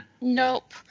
Nope